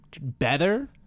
better